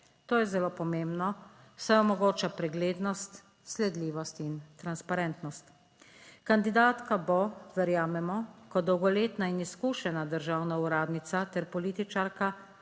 To je zelo pomembno, saj omogoča preglednost, sledljivost in transparentnost. Kandidatka bo, verjamemo, kot dolgoletna in izkušena državna uradnica ter političarka,